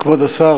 כבוד השר,